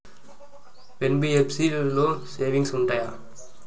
NBFC లో savings ఉంటయా?